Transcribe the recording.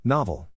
Novel